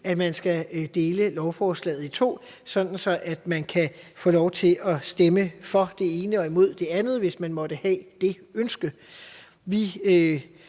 at vi skal dele lovforslaget i to, så man kan få lov til at stemme for det ene og imod det andet, hvis man måtte have det ønske.